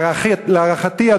להערכתי,